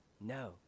No